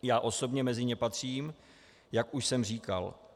Já osobně mezi ně patřím, jak už jsem říkal.